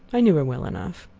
i knew her well enough.